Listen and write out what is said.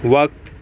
وقت